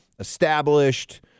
established